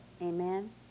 Amen